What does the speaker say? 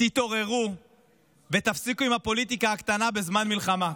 תתעוררו ותפסיקו עם הפוליטיקה הקטנה בזמן מלחמה.